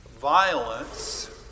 violence